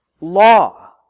law